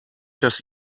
das